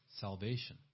salvation